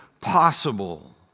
possible